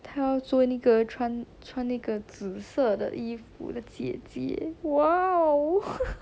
他要做那个穿穿那个紫色的衣服的姐姐 !wow!